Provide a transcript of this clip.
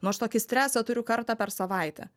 nors tokį stresą turiu kartą per savaitę